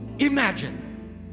Imagine